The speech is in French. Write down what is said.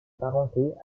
parenté